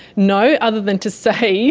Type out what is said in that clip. no, other than to say